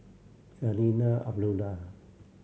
Zarinah Abdullah